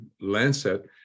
Lancet